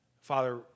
Father